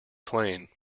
plain